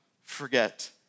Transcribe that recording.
forget